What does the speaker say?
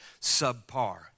subpar